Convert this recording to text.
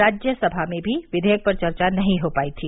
राज्यसभा में भी विधेयक पर चर्चा नहीं हो पाई थी